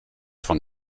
von